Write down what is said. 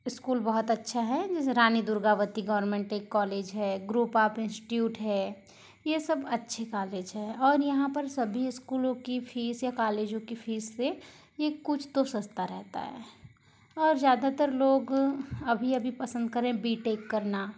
school बहुत अच्छा है जैसे रानी दुर्गावती गवर्नमेंट एक कॉलेज है ग्रूप ऑफ़ इंस्टिट्यूट है ये सब अच्छे कॉलेज हैं और यहाँ पर सभी स्कूलों की फ़ीस या कॉल्लेजों की फ़ीस से ये कुछ तो सस्ता रहता है और ज़्यादातर लोग अभी अभी पसंद कर रहें बी टेक करना